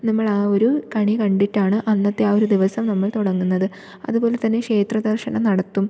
നമ്മൾ ആ ഒരു കണി കണ്ടിട്ടാണ് അന്നത്തെ ആ ഒരു ദിവസം നമ്മൾ തുടങ്ങുന്നത് അതുപോലെ തന്നെ ക്ഷേത്രദർശനം നടത്തും